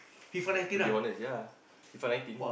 ya to be honest ya If I nineteen